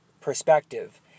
perspective